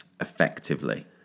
effectively